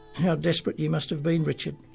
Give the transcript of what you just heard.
how desperate you must have been, richard.